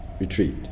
retreat